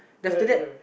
after that